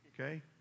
Okay